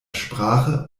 sprache